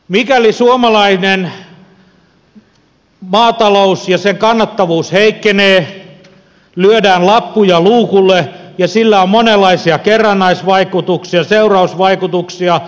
mikäli suomalainen maatalous ja sen kannattavuus heikkenevät lyödään lappuja luukulle ja sillä on monenlaisia kerrannaisvaikutuksia seurausvaikutuksia